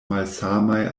malsamaj